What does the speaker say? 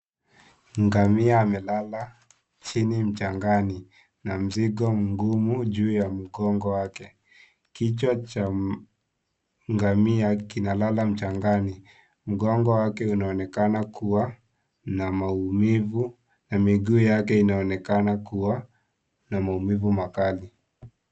Ngamia amelala chini mchangani na mzigo mgumu juu ya mgongo wake. Kichwa cha ngamia kinalala mchangani. Mgongo wake unaonekana kuwa na maumivu na miguu yake inaonekana kuwa na maumivu makali.